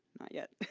not yet.